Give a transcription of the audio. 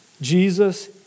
Jesus